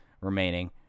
remaining